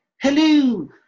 hello